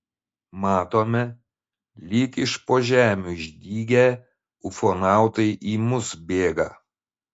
matome lyg iš po žemių išdygę ufonautai į mus bėga